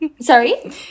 Sorry